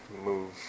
move